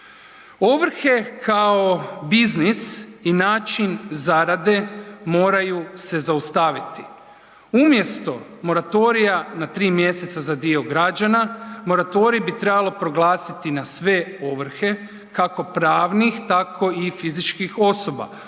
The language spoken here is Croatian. Ovrhe kao biznis i način zarade moraju se zaustaviti. Umjesto moratorija na 3 mj. za dio građana, moratorij bi trebalo proglasiti na sve ovrhe kako pravnih tako i fizičkih osoba